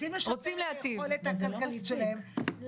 רוצים לשפר את היכולת הכלכלית שלהם,